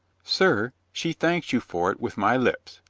sir, she thanks you for it with my lips,